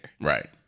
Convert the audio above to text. Right